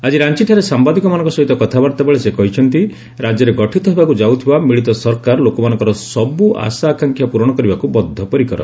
ଆଜି ରାଞ୍ଚିଠାରେ ସାମ୍ଭାଦିକମାନଙ୍କ ସହିତ କଥାବାର୍ତ୍ତା ବେଳେ ସେ କହିଛନ୍ତି ରାଜ୍ୟରେ ଗଠିତ ହେବାକୁ ଯାଉଥିବା ମିଳିତ ସରକାର ଲୋକମାନଙ୍କର ସବୁ ଆଶାଆକାଂକ୍ଷା ପ୍ରରଣ କରିବାକୁ ବଦ୍ଧପରିକର